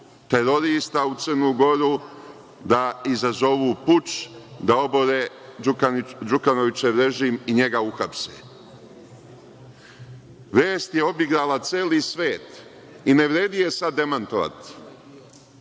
terorista u Crnu Goru da izazovu puč, da obore Đukanovićev režim i da njega uhapse? Vest je obigrala celi svet i ne vredi je sada demantovati.